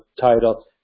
title